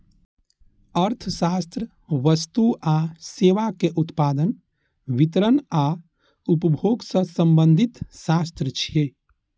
अर्थशास्त्र वस्तु आ सेवाक उत्पादन, वितरण आ उपभोग सं संबंधित शास्त्र छियै